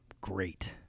great